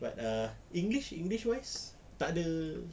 but ah english english wise takde